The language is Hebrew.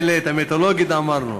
ולמנהלת המיתולוגית אמרנו,